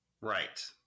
right